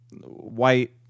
white